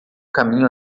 caminho